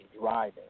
driving